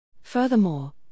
Furthermore